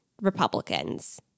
Republicans